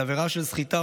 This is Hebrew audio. על עבירה של סחיטה,